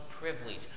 privilege